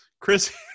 Chris